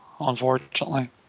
unfortunately